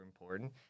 important